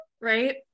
right